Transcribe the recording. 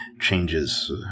changes